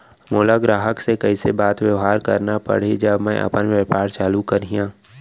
मोला ग्राहक से कइसे बात बेवहार करना पड़ही जब मैं अपन व्यापार चालू करिहा?